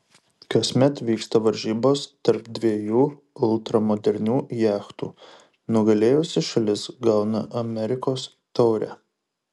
kasmet vyksta varžybos tarp dviejų ultramodernių jachtų nugalėjusi šalis gauna amerikos taurę